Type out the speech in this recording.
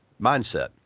mindset